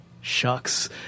shucks